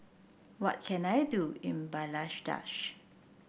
what can I do in Bangladesh